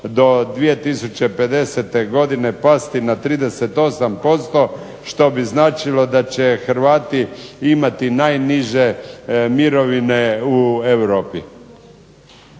do 2050 godine pasti na 38% što bi značilo da će Hrvati imati najniže mirovine u Europi.“.